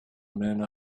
men